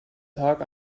tag